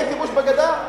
אין כיבוש בגדה?